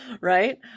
right